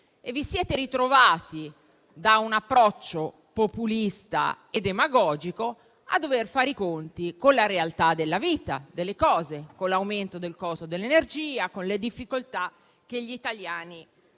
vi siete ritrovati da un approccio populista e demagogico a dover fare i conti con la realtà della vita e delle cose, con l'aumento del costo dell'energia e con le difficoltà che gli italiani hanno